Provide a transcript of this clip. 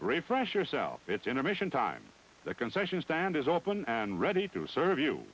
refresh yourself it's intermission time the concession stand is open and ready to serve you